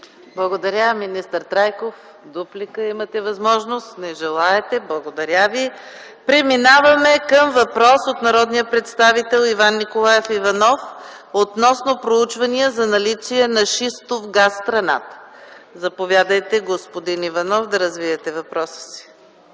Благодаря. Министър Трайков, имате право на дуплика. Не желаете. Благодаря Ви. Преминаваме към въпрос от народния представител Иван Николаев Иванов относно проучвания за наличие на шистов газ в страната. Заповядайте, господин Иванов, да развиете въпроса си.